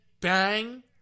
Bang